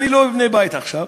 אני לא אבנה בית עכשיו,